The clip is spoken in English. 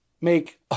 make